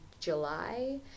July